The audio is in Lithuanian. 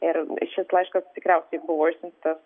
ir šis laiškas tikriausiai buvo išsiųstas